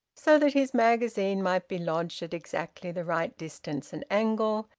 so that his magazine might be lodged at exactly the right distance and angle,